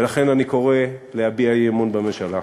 ולכן אני קורא להביע אי-אמון בממשלה.